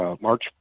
March